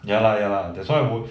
ya lah ya lah that's why 我